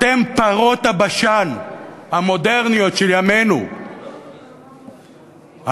אתם פרות הבשן המודרניות של ימינו, אתם,